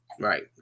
Right